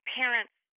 parents